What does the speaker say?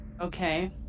Okay